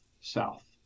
south